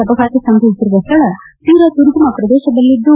ಅಪಘಾತ ಸಂಭವಿಸಿರುವ ಸ್ಥಳ ತೀರ ದುರ್ಗಮ ಪ್ರದೇಶದಲ್ಲಿದ್ದು